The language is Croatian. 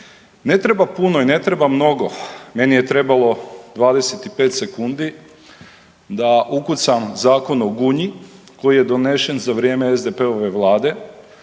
Ne treba puno i ne treba mnogo, meni je trebalo 25 sekundi da ukucam zakon o Gunji koji je donešen za vrijeme SDP-ove Vlade